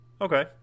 okay